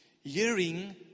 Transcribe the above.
Hearing